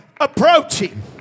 approaching